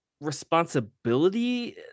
responsibility